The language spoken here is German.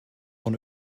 von